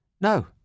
No